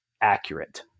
accurate